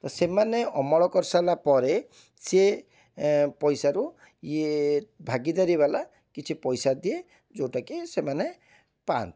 ତ ସେମାନେ ଅମଳ କରିସାଇଲା ପରେ ସେ ପଇସାରୁ ଇଏ ଭାଗୀଦାରୀବାଲା କିଛି ପଇସାଦିଏ ଯେଉଁଟାକି ସେମାନେ ପାଆନ୍ତି